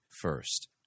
first